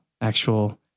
actual